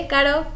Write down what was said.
Caro